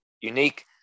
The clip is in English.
unique